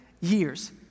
years